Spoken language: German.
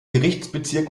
gerichtsbezirk